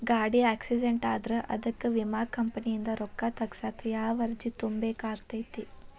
ಗಾಡಿ ಆಕ್ಸಿಡೆಂಟ್ ಆದ್ರ ಅದಕ ವಿಮಾ ಕಂಪನಿಯಿಂದ್ ರೊಕ್ಕಾ ತಗಸಾಕ್ ಯಾವ ಅರ್ಜಿ ತುಂಬೇಕ ಆಗತೈತಿ?